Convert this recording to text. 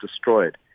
destroyed